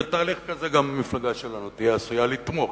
בתהליך כזה גם המפלגה שלנו תהיה עשויה לתמוך,